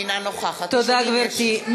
אינה נוכחת תודה, גברתי.